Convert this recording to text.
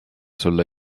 sulle